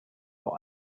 vor